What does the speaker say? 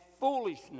foolishness